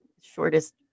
shortest